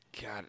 God